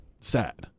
sad